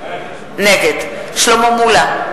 נגד שלמה מולה,